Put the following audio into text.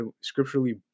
scripturally